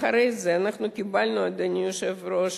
אחרי זה אנחנו קיבלנו, אדוני היושב-ראש,